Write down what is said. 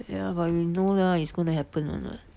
yeah but you know lah it's gonna happen [one] [what]